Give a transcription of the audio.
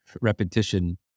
repetition